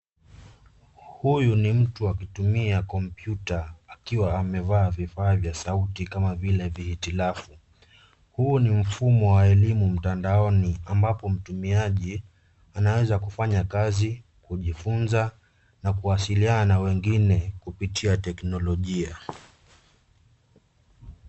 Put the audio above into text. Huyu ni mtu akitumia kompyuta akiwa amevaa vifaa vya sauti kama vile vihitilafu. Huu ni mfumo wa elimu mtandaoni ambapo mtumiaji anaweza kufanya kazi, kujifunza na kuwasiliana na wengine kupitia teknolojia.